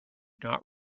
not